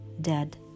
dead